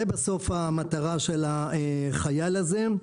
זה בסוף המטרה של החייל הזה.